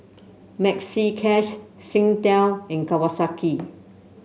Maxi Cash Singtel and Kawasaki